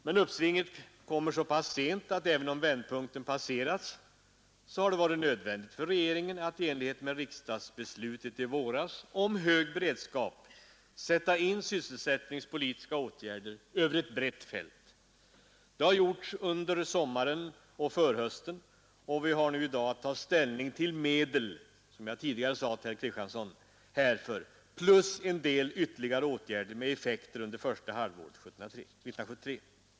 Men uppsvinget kommer så pass sent att även om vändpunkten passerats har det vara nödvändigt för regeringen att i enlighet med riksdagsbeslutet i våras om en hög beredskap sätta in sysselsättningspolitiska åtgärder över ett brett fält. Det har gjorts under sommaren och förhösten, och vi har nu att ta ställning till medel härför — som jag tidigare sade till herr Kristiansson i Harplinge — plus en del ytterligare åtgärder med effekter under första halvåret 1973.